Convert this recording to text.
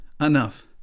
Enough